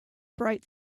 bright